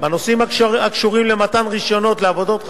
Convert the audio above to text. בנושאים הקשורים למתן רשיונות לעבודות חשמל,